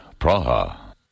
Praha